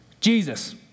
Jesus